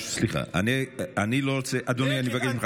סליחה, אני לא רוצה, אדוני, אני מבקש ממך.